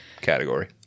category